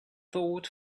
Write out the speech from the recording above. thought